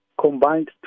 combined